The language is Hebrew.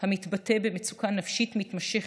המתבטא במצוקה נפשית מתמשכת,